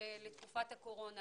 בהשתתפות חיילים בודדים ומפקדיהם.